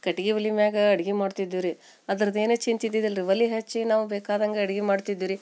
ಕಟ್ಗೆ ಒಲೆ ಮ್ಯಾಲ ಅಡ್ಗೆ ಮಾಡ್ತಿದ್ವಿ ರೀ ಅದ್ರದ್ದು ಏನೂ ಚಿಂತೆ ಇದ್ದಿದ್ದಿಲ್ಲ ರೀ ಒಲೆ ಹಚ್ಚಿ ನಾವು ಬೇಕಾದಂಗೆ ಅಡ್ಗೆ ಮಾಡ್ತಿದ್ವಿ ರೀ